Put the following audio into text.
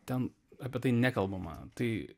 ten apie tai nekalbama tai